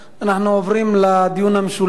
אנחנו עוברים לדיון המשולב